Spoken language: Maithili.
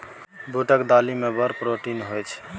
बूटक दालि मे बड़ प्रोटीन होए छै